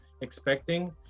expecting